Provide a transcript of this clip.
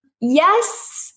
yes